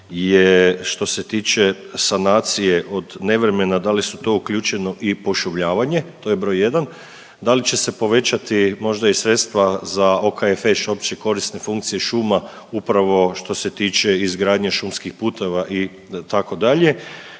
je što se tiče sanacije od nevremena da li su to uključeno i pošumljavanje, to je broj jedan, da li će se povećati možda i sredstva za OKFŠ, općekorisne funkcije šuma upravo što se tiče izgradnje šumskih puteva itd.